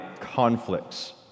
conflicts